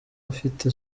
afite